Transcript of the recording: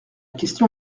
question